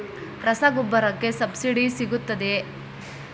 ರಸಗೊಬ್ಬರಕ್ಕೆ ಸಬ್ಸಿಡಿ ಸಿಗುತ್ತದೆಯೇ?